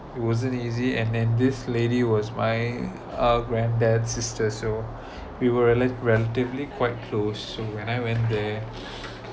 it wasn't easy and then this lady was my uh granddad sister so we were relate relatively quite close so when I went there